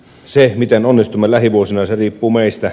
se miten onnistumme lähivuosina riippuu meistä